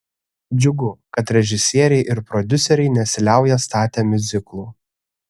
džiugu kad režisieriai ir prodiuseriai nesiliauja statę miuziklų